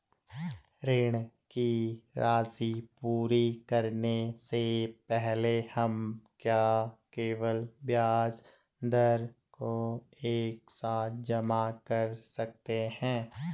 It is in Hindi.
ऋण की राशि पूरी करने से पहले हम क्या केवल ब्याज दर को एक साथ जमा कर सकते हैं?